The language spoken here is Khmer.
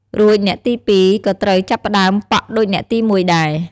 រួចអ្នកទី ២ ក៏ត្រូវចាប់ផ្តើមប៉ក់ដូចអ្នកទី ១ ដែរ។